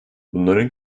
bunların